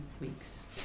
weeks